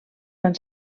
van